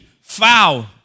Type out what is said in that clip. foul